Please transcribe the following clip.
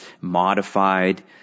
modified